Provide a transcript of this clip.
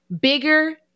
bigger